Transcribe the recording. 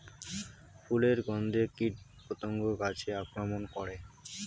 ফুলের গণ্ধে কীটপতঙ্গ গাছে আক্রমণ করে?